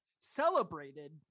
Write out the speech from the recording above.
celebrated